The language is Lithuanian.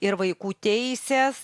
ir vaikų teisės